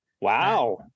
Wow